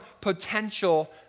potential